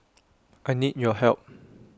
I need your help